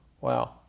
Wow